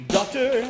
Doctor